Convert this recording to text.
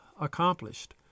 accomplished